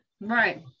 Right